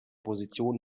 position